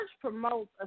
promotes